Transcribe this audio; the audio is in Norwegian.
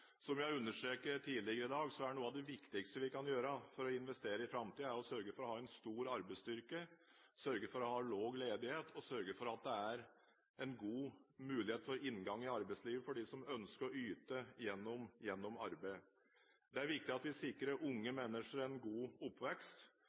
Som jeg har understreket tidligere i dag: Noe av det viktigste vi kan gjøre for å investere i framtiden er å sørge for at vi har en stor arbeidsstyrke, lav ledighet, og en god mulighet for inngang til arbeidslivet for dem som ønsker å yte gjennom arbeid. Det er viktig at vi sikrer unge